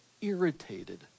irritated